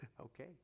Okay